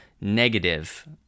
negative